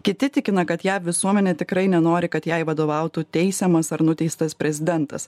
kiti tikina kad jei visuomenė tikrai nenori kad jai vadovautų teisiamas ar nuteistas prezidentas